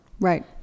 Right